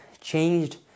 changed